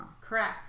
Correct